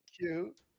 Cute